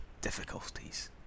difficulties